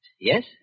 Yes